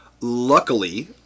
Luckily